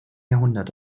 jahrhundert